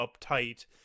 uptight